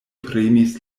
premis